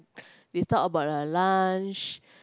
they talk about the lunch